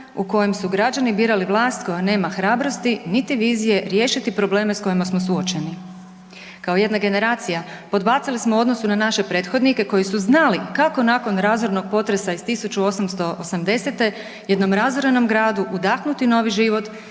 u kojem su građani birali vlast koja nema hrabrosti niti vizije riješiti probleme s kojima smo suočeni. Kao jedna generacija, podbacili smo u odnosu na naše prethodnike koji su znali kako nakon razornog potresa iz 1880. jednog razorenom gradu udahnuti novi život